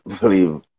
believe